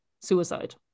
suicide